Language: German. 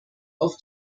auf